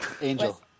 Angel